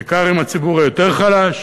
בעיקר עם הציבור היותר חלש.